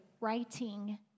writing